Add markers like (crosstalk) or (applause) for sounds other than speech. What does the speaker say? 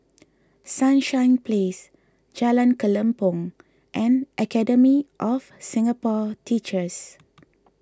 (noise) Sunshine Place Jalan Kelempong and Academy of Singapore Teachers